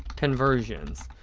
conversions.